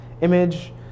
image